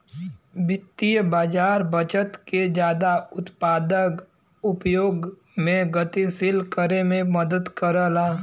वित्तीय बाज़ार बचत के जादा उत्पादक उपयोग में गतिशील करे में मदद करला